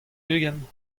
ugent